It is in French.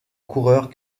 coureurs